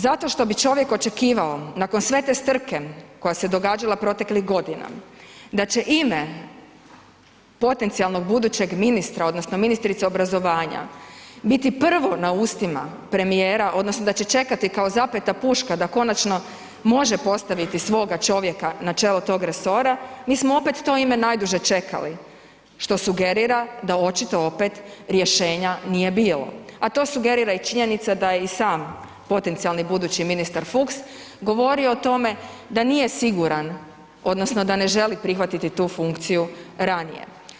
Zato što bi čovjek očekivao nakon sve te strke koja se događala proteklih godina, da će ime potencijalnog budućeg ministra odnosno ministrice obrazovanja biti prvo na ustima premijera, odnosno da će čekati kao zapeta puška da konačno može postaviti svoga čovjeka na čelo tog resora, mi smo opet to ime najduže čekali, što sugerira da očito opet rješenja nije bilo, a to sugerira i činjenica da je i sam potencijali budući ministar Fuchs govori o tome da nije siguran odnosno da ne želi prihvatiti tu funkciju ranije.